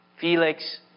Felix